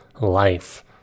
life